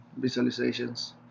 visualizations